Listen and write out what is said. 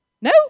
No